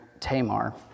Tamar